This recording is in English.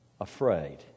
afraid